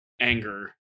anger